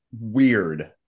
weird